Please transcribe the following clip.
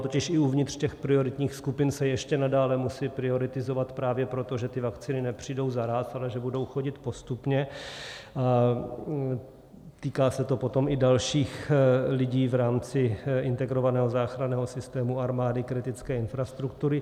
Ono totiž i uvnitř těch prioritních skupin se ještě nadále musí prioritizovat právě proto, že ty vakcíny nepřijdou naráz, ale že budou chodit postupně, a týká se to potom i dalších lidí v rámci integrovaného záchranného systému, armády, kritické infrastruktury.